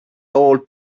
old